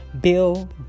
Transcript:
Bill